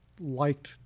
liked